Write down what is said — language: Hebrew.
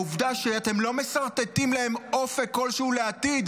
העובדה שאתם לא מסרטטים להם אופק כלשהו לעתיד,